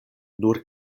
nur